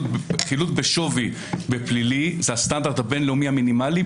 חילוט בשווי בפלילי זה הסטנדרט הבין לאומי המינימלי.